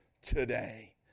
today